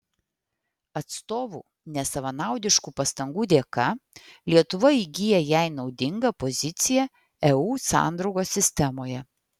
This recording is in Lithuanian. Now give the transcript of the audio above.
atstovų nesavanaudiškų pastangų dėka lietuva įgyja jai naudingą poziciją eu sandraugos sistemoje